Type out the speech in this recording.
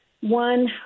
one